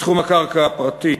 בתחום הקרקע הפרטית,